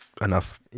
Enough